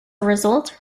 result